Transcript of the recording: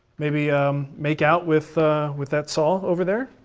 maybe make out with with that saw over there.